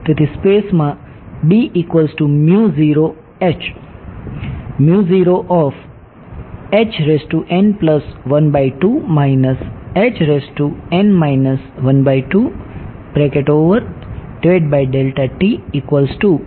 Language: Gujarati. તેથી સ્પેસ માં